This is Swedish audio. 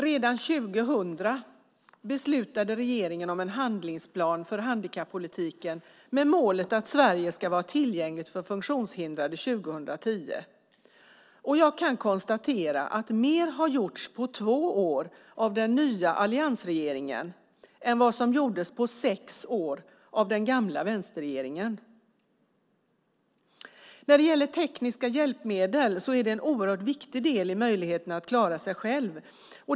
Redan år 2000 beslutade riksdagen om en handlingsplan för handikappolitiken med målet att Sverige ska vara tillgängligt för personer med funktionsnedsättning 2010, och jag kan konstatera att mer har gjorts på två år av den nya alliansregeringen än vad som gjordes på sex år av den gamla vänsterregeringen. Tekniska hjälpmedel är en oerhört viktig del i möjligheterna att klara sig själv.